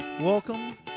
Welcome